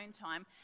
time